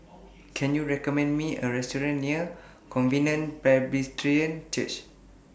Can YOU recommend Me A Restaurant near Covenant Presbyterian Church